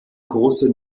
große